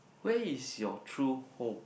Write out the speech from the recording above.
where is your true home